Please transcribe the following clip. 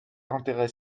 intérêt